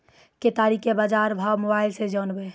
केताड़ी के बाजार भाव मोबाइल से जानवे?